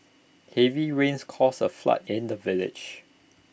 heavy rains caused A flood in the village